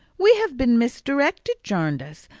we have been misdirected, jarndyce,